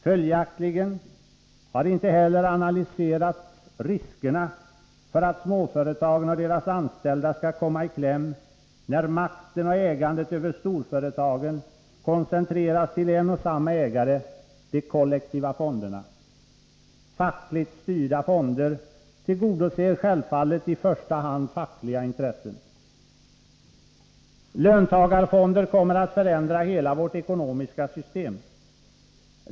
Följaktligen har inte heller analyserats riskerna för att småföretagen och deras anställda skall komma i kläm när makten och ägandet över storföretagen koncentreras till en och samma ägare, de kollektiva fonderna. Fackligt styrda fonder tillgodoser självfallet i första hand fackliga intressen. Löntagarfonder kommer att förändra hela vårt ekonomiska system.